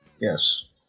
Yes